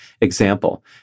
example